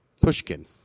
Pushkin